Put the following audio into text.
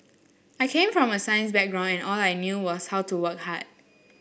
I came from a science background and all I knew was how to work hard